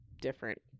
different